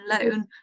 alone